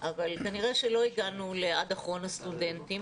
אבל כנראה שלא הגענו עד אחרון הסטודנטים